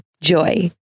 Joy